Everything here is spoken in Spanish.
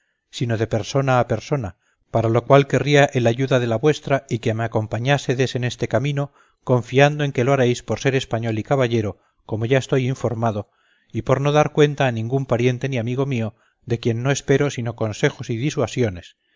sino de persona a persona para lo cual querría el ayuda de la vuestra y que me acompañásedes en este camino confiado en que lo haréis por ser español y caballero como ya estoy informado y por no dar cuenta a ningún pariente ni amigo mío de quien no espero sino consejos y disuasiones